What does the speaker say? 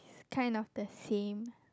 kind of the same